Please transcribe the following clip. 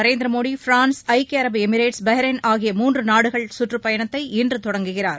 Narendra Modi France ஐக்கிய அரபு Emirates Bahrain ஆகிய மூன்று நாடுகள் சுற்றுப்பயணத்தை இன்று தொடங்குகிறார்